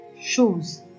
shoes